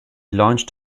launched